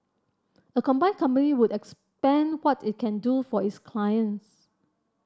a combined company would expand what it can do for its clients